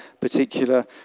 particular